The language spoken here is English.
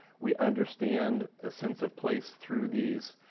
we understand a sense of place through these